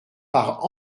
par